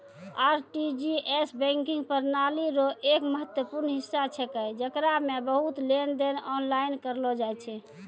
RTGS banking प्रणाली रो एक महत्वपूर्ण हिस्सा छेकै जेकरा मे बहुते लेनदेन आनलाइन करलो जाय छै